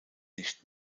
nicht